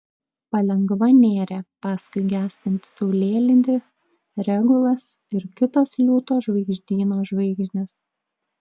palengva nėrė paskui gęstantį saulėlydį regulas ir kitos liūto žvaigždyno žvaigždės